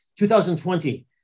2020